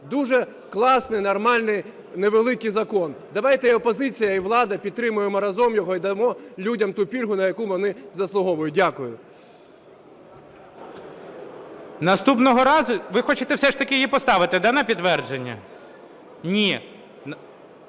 дуже класний, нормальний, невеликий закон. Давайте і опозиція, і влада підтримаємо разом його і дамо людям ту пільгу, на яку вони заслуговують. Дякую. ГОЛОВУЮЧИЙ. Наступного разу… Ви хочете все ж таки її поставити, да, на підтвердження? Ні.